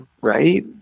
right